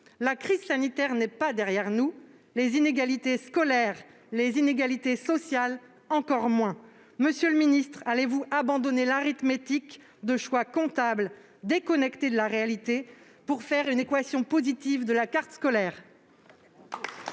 La crise sanitaire n'est pas derrière nous ; les inégalités scolaires et sociales encore moins. Monsieur le ministre, allez-vous abandonner l'arithmétique de choix comptables, déconnectés de la réalité, pour faire une équation positive de la carte scolaire ?